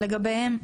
לגביהם.